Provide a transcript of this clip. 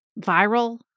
viral